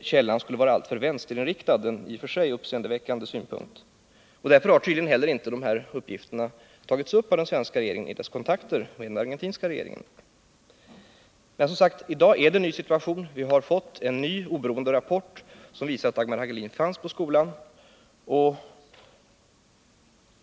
källan skulle vara alltför vänsterinriktad, en i och för sig uppseendeväckande synpunkt. Därför har tydligen inte heller de här uppgifterna tagits upp av den svenska regeringen i dess kontakter med den argentinska regeringen. I dag är det, som sagt, en ny situation. Vi har fått en ny oberoende rapport som visar att Dagmar Hagelin fanns på skolan.